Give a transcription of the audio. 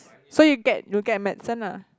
so you get you get medicine lah